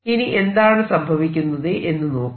ഇനി എന്താണ് സംഭവിക്കുന്നത് എന്ന് നോക്കാം